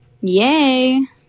yay